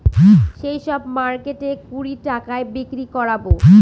সেই সব মার্কেটে কুড়ি টাকায় বিক্রি করাবো